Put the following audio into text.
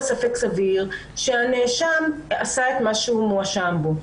ספק סביר שהנאשם עשה את מה שהוא מואשם בו.